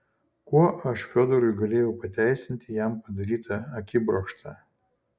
kuo aš fiodorui galėjau pateisinti jam padarytą akibrokštą